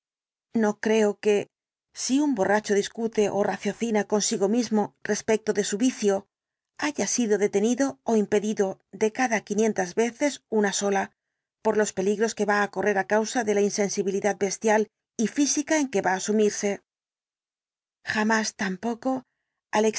no creo que si un borracho discute ó raciocina consigo mismo respecto de su vicio haya sido detenido ó impedido de cada quinientas veces una sola por ios peligros que va á correr á causa de la insensibilidad bestial y física en que va á sumirse jamás tampoco al